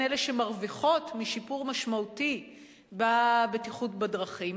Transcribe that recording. והטמעת אמצעים טכנולוגיים שמתריעים לימין ולשמאל ולפנים והולכי רגל,